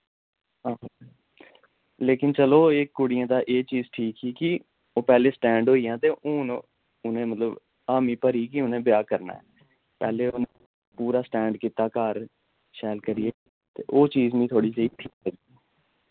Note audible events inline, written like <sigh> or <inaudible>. <unintelligible> लेकिन चलो एह् कुड़ियें दा एह् चीज ठीक ही कि ओह् पैह्ले स्टैंड होइयां ते हुन उ'नै मतलब हामी भरी कि उ'नै ब्याह् करना ऐ पैह्ले उन पूरा स्टैंड कीत्ता घर शैल करिये ते ओह् चीज मि थोह्ड़ी देहि